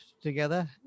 together